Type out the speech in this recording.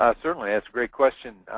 ah certainly, that's a great question.